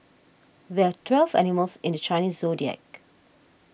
there are twelve animals in the Chinese zodiac